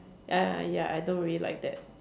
ya ya I don't really like that